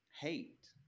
hate